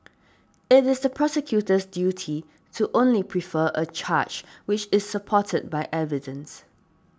it is the prosecutor's duty to only prefer a charge which is supported by evidence